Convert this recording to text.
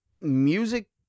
music